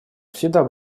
всегда